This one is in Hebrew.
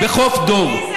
בחוף דור.